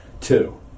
two